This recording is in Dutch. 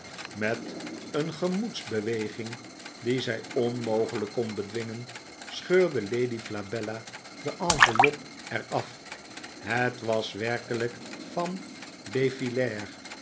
met een gemoedsbeweging die zij onmogelijk kon bedwingen scheurde lady flabella de enveloppe er af het was werkelijk van